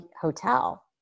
hotel